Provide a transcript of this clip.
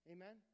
Amen